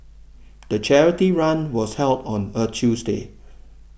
the charity run was held on a Tuesday